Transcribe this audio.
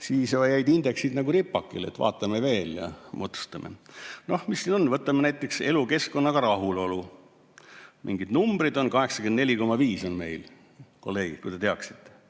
võeti, jäid indeksid nagu ripakile, et vaatame veel ja otsustame. Noh, mis siin on? Võtame näiteks elukeskkonnaga rahulolu. Mingid numbrid on, 84,5 on meil, kolleegid, et te teaksite,